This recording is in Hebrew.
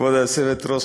כבוד היושבת-ראש,